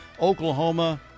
Oklahoma